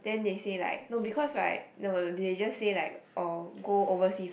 then they say like no because right no they just say like or go overseas lor